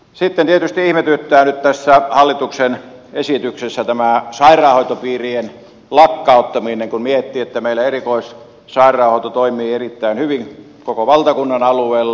sitten tietysti ihmetyttää nyt tässä hallituksen esityksessä tämä sairaanhoitopiirien lakkauttaminen kun miettii että meillä erikoissairaanhoito toimii erittäin hyvin koko valtakunnan alueella